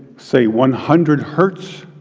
say, one hundred hertz,